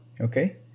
okay